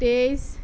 তেইছ